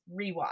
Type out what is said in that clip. rewatch